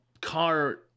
car